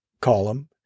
column